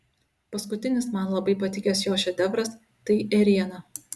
paskutinis man labai patikęs jo šedevras tai ėriena